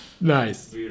Nice